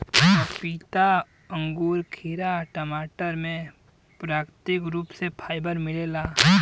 पपीता अंगूर खीरा टमाटर में प्राकृतिक रूप से फाइबर मिलेला